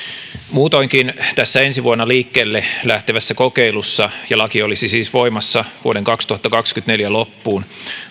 muutoinkin tässä ensi vuonna liikkeelle lähtevässä kokeilussa ja laki olisi siis voimassa vuoden kaksituhattakaksikymmentäneljä loppuun